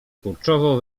kurczowo